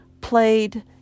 played